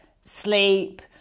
sleep